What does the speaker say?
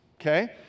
Okay